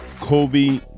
Kobe